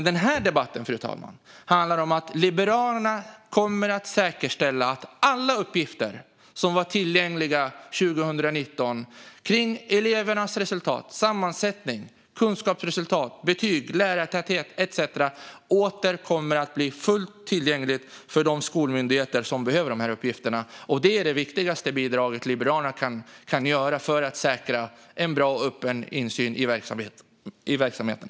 Den här debatten, fru talman, handlar om att Liberalerna kommer att säkerställa att alla uppgifter som var tillgängliga 2019 om elevernas resultat, sammansättning, kunskapsresultat, betyg, lärartäthet etcetera åter kommer att bli fullt tillgängliga för de skolmyndigheter som behöver uppgifterna. Det är det viktigaste bidraget som Liberalerna kan göra för att säkra en bra och öppen insyn i verksamheterna.